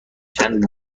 چند